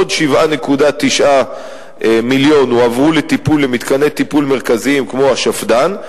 עוד 7.9 מיליון הועברו לטיפול במתקני טיפול מרכזיים כמו השפד"ן,